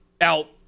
out